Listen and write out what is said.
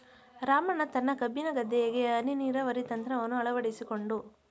ರಾಮಣ್ಣ ತನ್ನ ಕಬ್ಬಿನ ಗದ್ದೆಗೆ ಹನಿ ನೀರಾವರಿ ತಂತ್ರವನ್ನು ಅಳವಡಿಸಿಕೊಂಡು